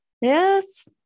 yes